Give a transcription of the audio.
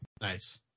Nice